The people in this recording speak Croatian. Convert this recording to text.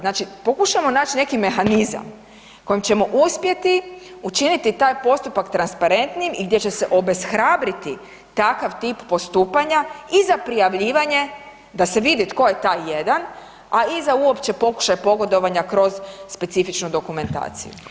Znači pokušajmo nać neki mehanizam kojim ćemo uspjeti učiniti taj postupak transparentnijim i gdje će se obeshrabriti takav tip postupanja i za prijavljivanje da se vidi tko je taj jedan, a i za uopće pokušaj pogodovanja kroz specifičnu dokumentaciju.